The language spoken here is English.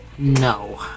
No